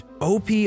OP